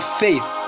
faith